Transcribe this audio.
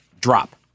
drop